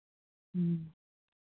ᱦᱮᱸ